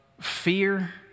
fear